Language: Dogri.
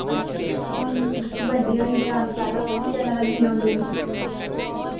ऊं अस बड्डे होई ए दे साढ़ा कु'न करा दा जन्म दिन